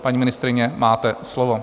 Paní ministryně, máte slovo.